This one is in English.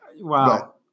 Wow